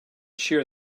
shear